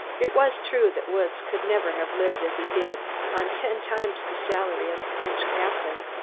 it was true that woods could never have lived as he did on ten times the salary of a french captain.